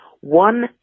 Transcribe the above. One